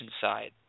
side